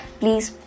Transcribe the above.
please